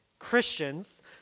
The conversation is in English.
Christians